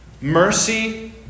Mercy